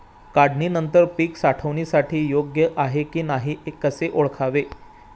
काढणी नंतर पीक साठवणीसाठी योग्य आहे की नाही कसे ओळखावे?